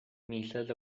misses